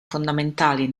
fondamentali